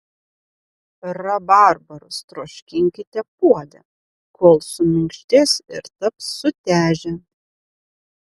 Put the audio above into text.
rabarbarus troškinkite puode kol suminkštės ir taps sutežę